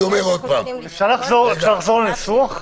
אפשר לחזור על הניסוח?